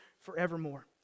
forevermore